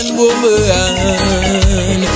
woman